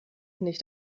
nicht